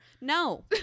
No